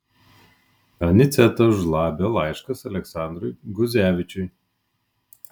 aniceto žlabio laiškas aleksandrui guzevičiui